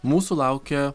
mūsų laukia